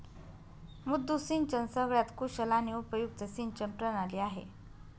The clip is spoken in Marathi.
मुद्दू सिंचन सगळ्यात कुशल आणि उपयुक्त सिंचन प्रणाली आहे